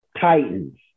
Titans